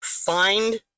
Find